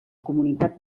comunitat